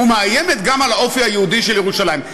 ומאיימת גם על האופי היהודי של ירושלים.